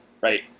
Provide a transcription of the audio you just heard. right